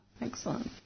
Excellent